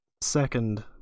Second